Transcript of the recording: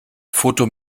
foto